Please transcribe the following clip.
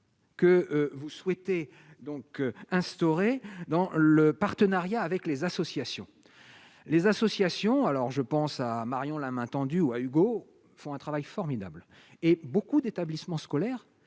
que vous souhaitez donc instauré dans le partenariat avec les associations, les associations, alors je pense à Marion, la main tendue à Hugo font un travail formidable et beaucoup d'établissements scolaires